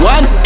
One